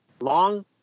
long